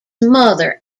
mother